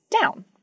down